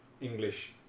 English